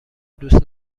دوست